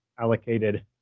allocated